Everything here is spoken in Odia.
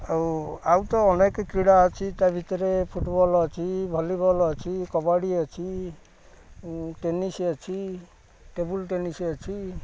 ଆଉ ଆଉ ତ ଅନେକ କ୍ରୀଡ଼ା ଅଛି ତା' ଭିତରେ ଫୁଟବଲ୍ ଅଛି ଭଲିବଲ୍ ଅଛି କବାଡ଼ି ଅଛି ଟେନିସ୍ ଅଛି ଟେବୁଲ୍ ଟେନିସ୍ ଅଛି